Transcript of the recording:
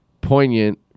poignant